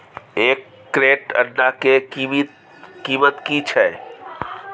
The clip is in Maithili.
एक क्रेट अंडा के कीमत की छै?